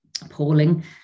appalling